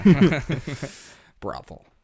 brothel